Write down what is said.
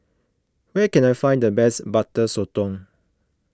where can I find the best Butter Sotong